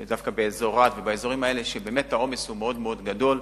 דווקא באזור רהט ובאזורים האלה, שהעומס מאוד גדול.